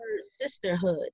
sisterhood